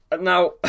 Now